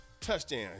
Touchdown